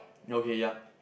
okay ya